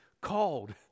called